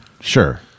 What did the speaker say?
sure